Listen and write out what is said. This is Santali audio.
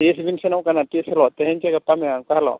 ᱛᱤᱥ ᱵᱤᱱ ᱥᱮᱱᱚᱜ ᱠᱟᱱᱟ ᱚᱠᱟ ᱦᱤᱞᱳᱜ ᱛᱮᱦᱮᱧ ᱥᱮ ᱜᱟᱯᱟ ᱢᱮᱭᱟᱝ